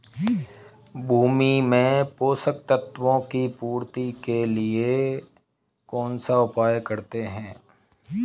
भूमि में पोषक तत्वों की पूर्ति के लिए कौनसा उपाय करते हैं?